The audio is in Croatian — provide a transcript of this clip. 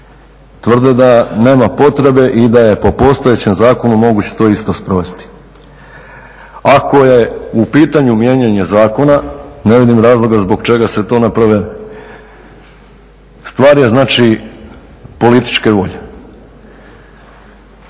tvrde da nema potrebe i da je po postojećem zakonu moguće to isto sprovesti. Ako je u pitanju mijenjanje zakona ne vidim razloga zbog čega se to ne provede. Stvar je znači političke volje.